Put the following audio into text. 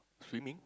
swimming